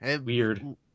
Weird